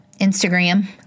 Instagram